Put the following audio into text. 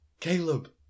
Caleb